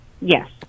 Yes